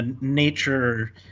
nature